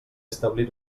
establir